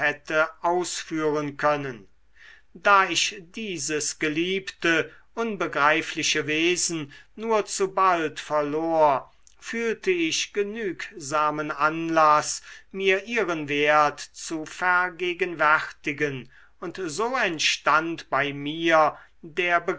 ausführen können da ich dieses geliebte unbegreifliche wesen nur zu bald verlor fühlte ich genügsamen anlaß mir ihren wert zu vergegenwärtigen und so entstand bei mir